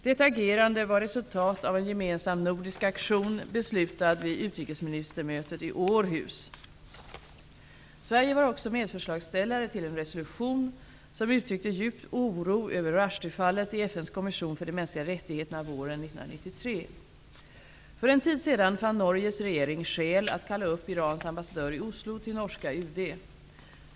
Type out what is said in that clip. Detta agerande var resultat av en gemensam nordisk aktion, beslutad vid utrikesministermötet i Århus. Sverige var också medförslagsställare till en resolution som uttryckte djup oro över Rushdiefallet i FN:s kommission för de mänskliga rättigheterna våren 1993. För en tid sedan fann Norges regering skäl att kalla upp Irans ambassadör i Oslo till norska UD.